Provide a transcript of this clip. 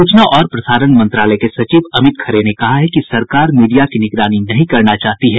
सूचना और प्रसारण मंत्रालय के सचिव अमित खरे ने कहा है कि सरकार मीडिया की निगरानी नहीं करना चाहती है